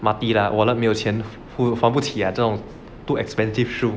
mati lah wallet 没有钱还不起啊这种 too expensive shoe